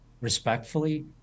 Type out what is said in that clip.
respectfully